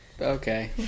Okay